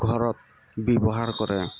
ঘৰত ব্য়ৱহাৰ কৰে